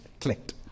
clicked